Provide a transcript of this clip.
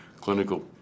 clinical